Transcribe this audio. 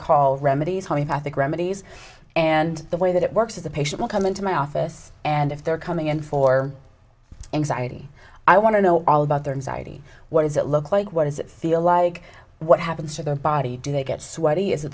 call remedies homeopathic remedies and the way that it works is the patient will come into my office and if they're coming in for anxiety i want to know all about their entirety what does it look like what does it feel like what happens to their body do they get sweaty is